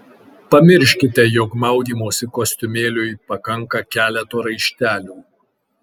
pamirškite jog maudymosi kostiumėliui pakanka keleto raištelių